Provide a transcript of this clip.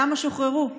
למה שוחררו?